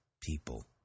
people